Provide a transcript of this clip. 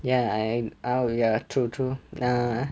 ya I oh ya true true nah